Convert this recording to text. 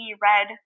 red